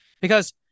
Because-